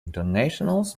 internationals